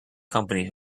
company